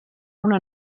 una